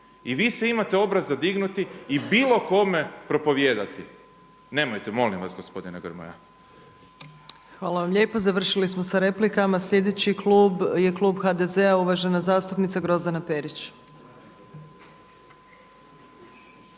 I vi se imate obraza dignuti i bilo kome propovijedati. Nemojte, molim vas gospodine Grmoja. **Opačić, Milanka (SDP)** Hvala vam lijepo. Završili smo s replikama. Sljedeći klub je Klub HDZ a, uvažena zastupnica Grozdana Perić.